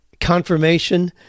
confirmation